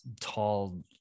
tall